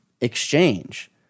exchange